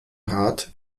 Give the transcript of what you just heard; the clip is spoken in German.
rat